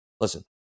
listen